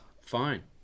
Fine